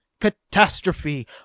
catastrophe